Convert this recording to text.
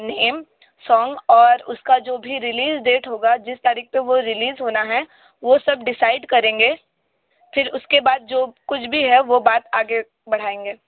name song और उसका जो भी रिलीज़ डेट होगा जिस तारीख़ को वो रिलीज़ होना है वो सब डिसाइड करेंगे फिर उसके बाद जो कुछ भी है वो बात आगे बढ़ाएँगे